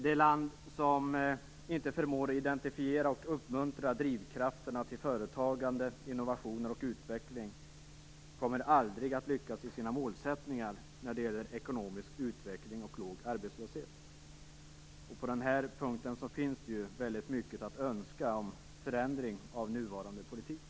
Det land som inte förmår identifiera och uppmuntra drivkrafterna till företagande, innovationer och utveckling kommer aldrig att lyckas i sina målsättningar när det gäller ekonomisk utveckling och låg arbetslöshet. På den punkten finns det mycket att önska när det gäller en förändring av den nuvarande politiken.